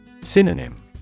Synonym